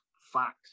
facts